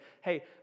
hey